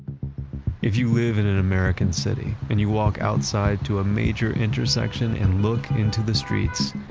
if you live in an american city and you walk outside to a major intersection and look into the streets,